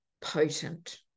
potent